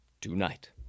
tonight